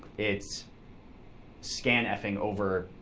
it's scanf-ing over